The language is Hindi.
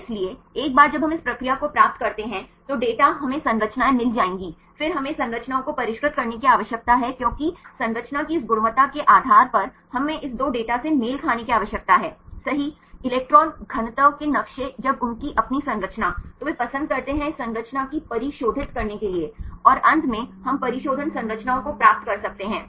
इसलिए एक बार जब हम इस प्रक्रिया को प्राप्त करते हैं तो डेटा हमें संरचनाएं मिल जाएगी फिर हमें संरचनाओं को परिष्कृत करने की आवश्यकता है क्योंकि संरचना की इस गुणवत्ता के आधार पर हमें इस दो डेटा से मेल खाने की आवश्यकता है सही इलेक्ट्रॉन घनत्व के नक्शे जब उनकी अपनी संरचना तो वे पसंद करते हैं इस संरचना को परिशोधित करने के लिए और अंत में हम परिशोधन संरचनाओं को प्राप्त कर सकते हैं